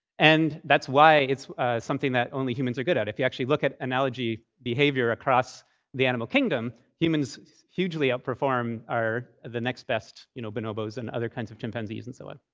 and that's why it's something that only humans are good at. if you actually look at analogy behavior across the animal kingdom, humans hugely outperform the next best you know, bonobos and other kinds of chimpanzees, and so on.